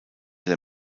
der